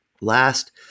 last